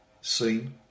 seen